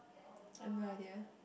I've no idea